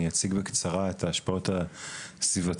אני אציג בקצרה את ההשפעות הסביבתיות